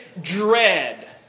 dread